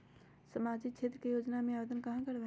सामाजिक क्षेत्र के योजना में आवेदन कहाँ करवे?